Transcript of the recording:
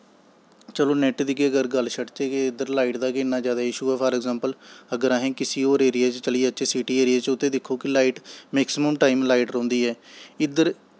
चलो नैट्ट दी गै अगर गल्ल छैड़चै इद्धर लाईट दा गै इन्ना इशू ऐ फॉर अग़्ज़ैंपल अगर अस कुसै होर एरिया च चली जाच्चै सीटी मैकसिमम टाईम लाईट रौंह्दी ऐ इद्धर